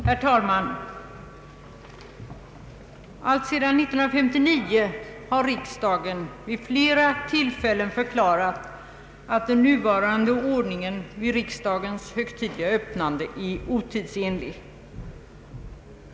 Herr talman! Alltsedan 1959 har riksdagen vid flera tillfällen förklarat att den nuvarande ordningen vid riksdagens högtidliga öppnande är otidsenlig.